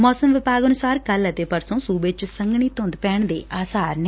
ਮੌਸਮ ਵਿਭਾਗ ਅਨੁਸਾਰ ਕੱਲ ਅਤੇ ਪਰਸੋਂ ਸੁਬੇ ਚ ਸੰਘਣੀ ਧੂੰਦ ਪੈਣ ਦੇ ਆਸਾਰ ਨੇ